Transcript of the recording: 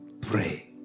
Pray